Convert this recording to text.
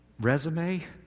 resume